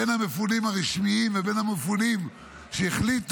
בין המפונים הרשמיים ובין המפונים שהחליטו,